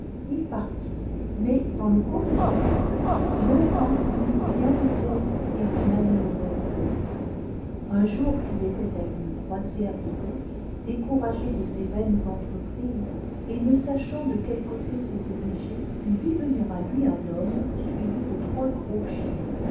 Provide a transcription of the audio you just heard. il partit mais dans le cours de son voyage longtemps il eut bien des peines et bien des mauvaises heures un jour qu'il était aune croisiôrede route découragé de ses vaines entreprises et ne sachant de quel côté se diriger il vit venir à lui un homme suivi de trois gros chiens